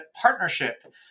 partnership